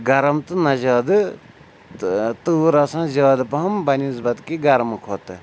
گَرم تہٕ نَہ زیادٕ تہٕ تۭر آسان زیادٕ پَہَم بَنِسبتہِ کہِ گَرمہٕ کھۄتہٕ